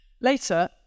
Later